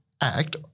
Act